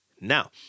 Now